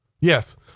Yes